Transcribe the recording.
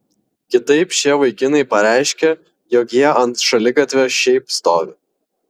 kitaip šie vaikinai pareiškia jog jie ant šaligatvio šiaip stovi